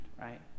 right